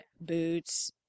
boots